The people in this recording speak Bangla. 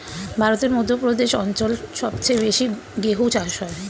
ভারতের মধ্য প্রদেশ অঞ্চল সবচেয়ে বেশি গেহু চাষ হয়